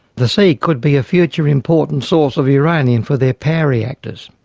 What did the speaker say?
the sea could be a future important source of uranium for their power reactors.